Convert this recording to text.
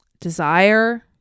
desire